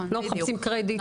לא מחפשים קרדיט,